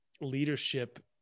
leadership